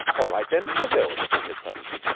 all right, then, i will, he said suddenly.